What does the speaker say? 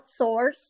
outsource